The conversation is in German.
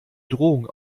drohung